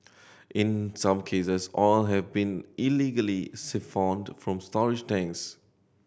in some cases oil have been illegally siphoned from storage tanks